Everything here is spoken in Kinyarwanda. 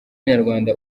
nyarwanda